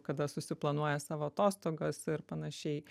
kada susiplanuoja savo atostogas ir panašiai